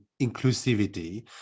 inclusivity